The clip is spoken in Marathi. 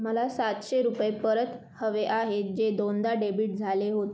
मला सातशे रुपये परत हवे आहेत जे दोनदा डेबिट झाले होत